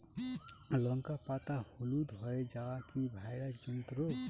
লঙ্কা পাতা হলুদ হয়ে যাওয়া কি ভাইরাস জনিত রোগ?